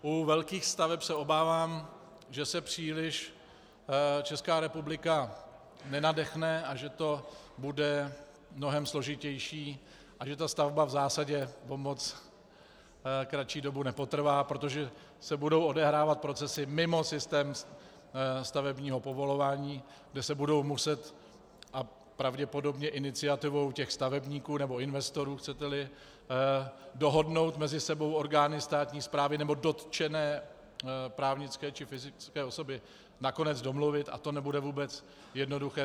U velkých staveb se obávám, že se příliš Česká republika nenadechne a že to bude mnohem složitější a že stavba v zásadě o moc kratší dobu nepotrvá, protože se budou odehrávat procesy mimo systém stavebního povolování, kde se budou muset, a pravděpodobně iniciativou stavebníků nebo investorů, chceteli, dohodnout mezi sebou orgány státní správy nebo dotčené právnické či fyzické osoby nakonec domluvit, a to nebude vůbec jednoduché.